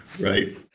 Right